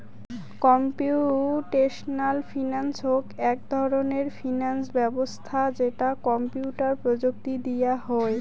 computational finance হউক এক ধরণের ফিনান্স ব্যবছস্থা যেটা কম্পিউটার প্রযুক্তি দিয়া হুই